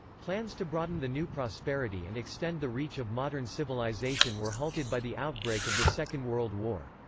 plans to broaden the new prosperity and extend the reach of modern civilization were halted by the outbreak of the second world war.